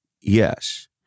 Yes